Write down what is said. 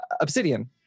Obsidian